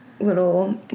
little